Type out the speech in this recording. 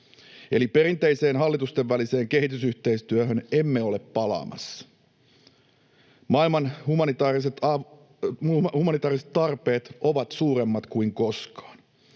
perinteiseen hallitustenväliseen kehitysyhteistyöhön emme ole palaamassa. Maailman humanitaariset tarpeet ovat suuremmat kuin koskaan.